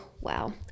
Wow